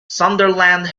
sunderland